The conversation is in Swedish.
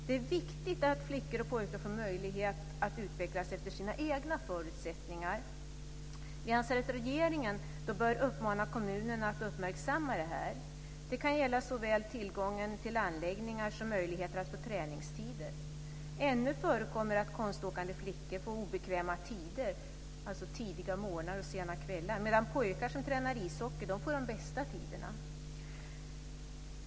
Det är viktigt att flickor och pojkar får möjlighet att utvecklas efter sina egna förutsättningar. Vi anser att regeringen bör uppmana kommunerna att uppmärksamma det här. Det kan gälla såväl tillgången till anläggningar som möjligheten att få träningstider. Ännu förekommer det att konståkande flickor får obekväma tider, alltså tidiga morgnar och sena kvällar, medan pojkar som tränar ishockey får de bästa tiderna.